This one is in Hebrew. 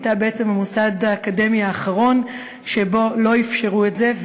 הייתה בעצם המוסד האקדמי האחרון שבו לא אפשרו את זה.